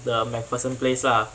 the macpherson place lah